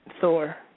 Thor